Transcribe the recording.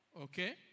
okay